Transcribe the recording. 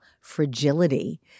fragility